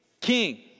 king